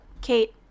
Kate